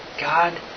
God